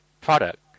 product